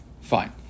Fine